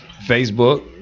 Facebook